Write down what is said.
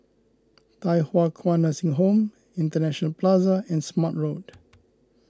Thye Hua Kwan Nursing Home International Plaza and Smart Road